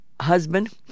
husband